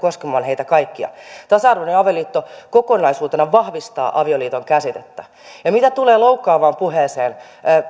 koskemaan heitä kaikkia tasa arvoinen avioliitto kokonaisuutena vahvistaa avioliiton käsitettä ja mitä tulee loukkaavaan puheeseen niin